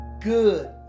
good